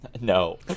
no